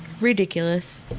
Ridiculous